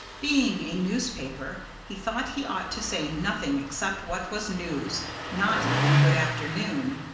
being a newspaper, he thought he ought to say nothing except what was news not even good afternoon!